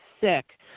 sick